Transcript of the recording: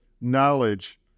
knowledge